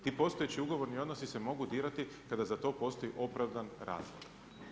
Ti postojeći ugovorni odnosi se mogu dirati kada za to postoji opravdan razlog.